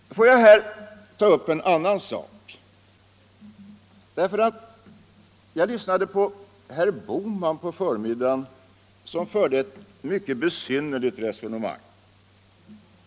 Får jag här ta upp en annan sak. Jag lyssnade på förmiddagen till herr Bohman, som förde ett mycket besynnerligt resonemang.